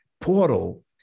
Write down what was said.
portal